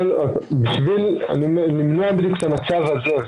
בשביל למנוע בדיוק את המצב הזה,